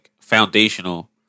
foundational